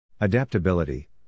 Adaptability